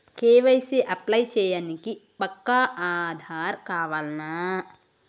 KYC apply చేయనీకి పక్కా ఆధార్ కావాల్నా?